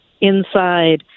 inside